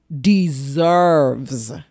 deserves